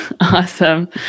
Awesome